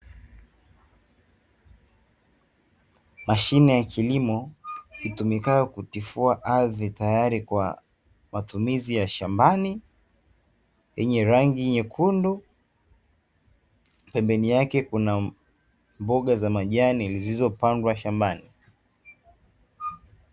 Mashine ya kilimo itumikayo kutifua ardhi tayari kwa matumizi ya shambani yenye rangi nyekundu. Pembeni yake kuna mboga za majani zilizopandwa shambani.